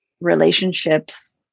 relationships